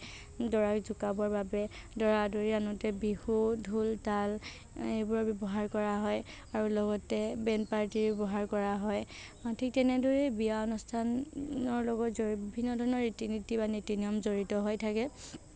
দৰাক জোকাবৰ বাবে দৰা আদৰি আনোতে বিহু ঢোল তাল এইবোৰৰ ব্যৱহাৰ কৰা হয় আৰু লগতে বেণ্ড পাৰ্টিৰ ব্যৱহাৰ কৰা হয় ঠিক তেনেদৰেই বিয়া অনুষ্ঠানৰ লগত জড়িত বিভিন্ন ৰীতি নীতি বা নীতি নিয়ম জড়িত হৈ থাকে